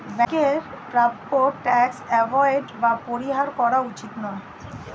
ব্যাংকের প্রাপ্য tax avoid বা পরিহার করা উচিত নয়